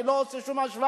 אני לא עושה שום השוואה.